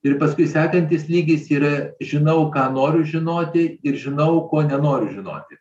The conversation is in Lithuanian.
ir paskui sekantis lygis yra žinau ką noriu žinoti ir žinau ko nenoriu žinoti